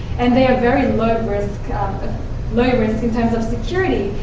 and they are very low-risk ah but low-risk in terms of security.